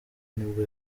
nibwo